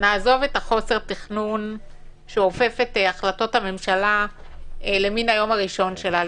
נעזוב את חוסר התכנון שאופף את החלטות הממשלה למן היום הראשון שלה,